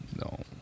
no